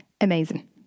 Amazing